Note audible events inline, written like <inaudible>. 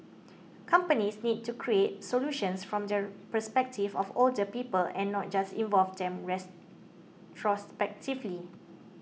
companies need to create solutions from the perspective of older people and not just involve them <unintelligible>